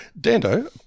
Dando